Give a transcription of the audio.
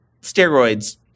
steroids